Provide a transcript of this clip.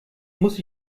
muss